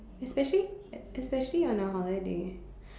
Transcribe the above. especially especially on our holidays